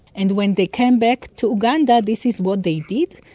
and when they came back to uganda, this is what they did,